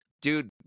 dude